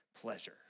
pleasure